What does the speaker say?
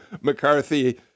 McCarthy